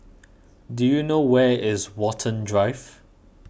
do you know where is Watten Drive